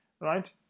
right